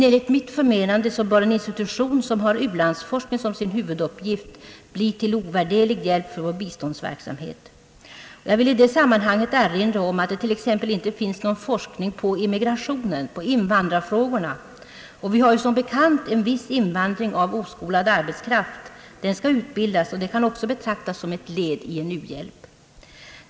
Enligt mitt förmenande bör en institution som har u-landsforskning som sin huvuduppgift bli till ovärderlig hjälp för vår biståndsverksamhet. Jag vill i detta sammanhang erinra om att det t.ex. inte finns någon forskning när det gäller immigrationen — invandrarfrågorna. Vi har ju som bekant en viss invandring av oskolad arbetskraft. Den skall utbildas, och detta kan ju också betraktas som ett led i en u-hjälp.